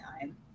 time